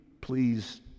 please